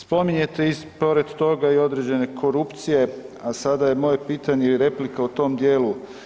Spominjete i pored toga i određene korupcije, a sada je moje pitanje i replika u tom dijelu.